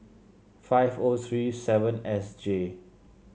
five O three seven S J